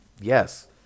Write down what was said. yes